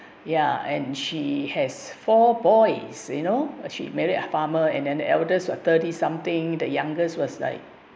ya and she has four boys you know she married a farmer and the eldest are thirty something the youngest was like